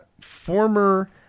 former